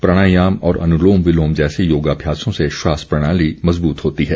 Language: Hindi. प्राणायाम और अनुलोम विलोम जैसे योगाम्यासों से श्वास प्रणाली मजबूत होती है